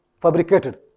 fabricated